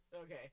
Okay